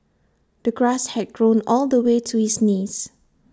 the grass had grown all the way to his knees